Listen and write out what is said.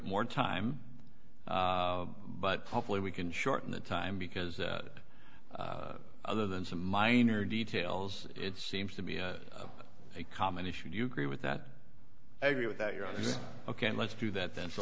more time but hopefully we can shorten the time because that other than some minor details it seems to me a common issue do you agree with that i agree with that you're ok and let's do that then